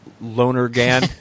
Lonergan